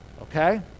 okay